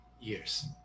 years